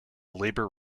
labour